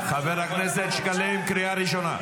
חבר הכנסת שקלים, קריאה ראשונה.